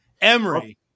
Emery